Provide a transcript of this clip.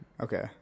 Okay